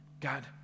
God